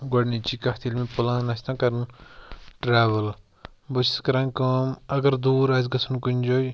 گۄڈٕنِچی کَتھ ییٚلہِ مےٚ پٕلان آسہِ نا کَرُن ٹرٛیوٕل بہٕ چھُس کَران کٲم اگر دوٗر آسہِ گژھُن کُنہِ جایہِ